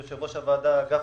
יושב-ראש הוועדה גפני,